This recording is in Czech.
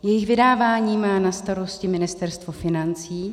Jejich vydávání má na starosti Ministerstvo financí.